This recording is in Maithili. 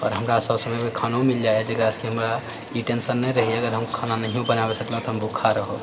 आओर हमरा सब समयमे खानो मिल जाइए जेकरासँ कि हमरा ई टेंशन नहि रहिए कि अगर हम खाना नहियो बनाबए सकलहुँ तऽ हम भूखा रहब